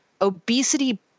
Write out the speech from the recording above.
obesity